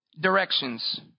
directions